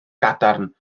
gadarn